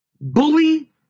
bully